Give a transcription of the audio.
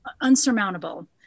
unsurmountable